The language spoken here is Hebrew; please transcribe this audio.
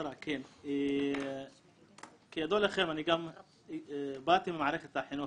כידוע לכם, אני גם באתי ממערכת החינוך.